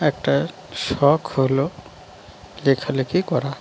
একটা শখ হলো লেখালেখি করা